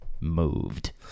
moved